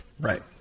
Right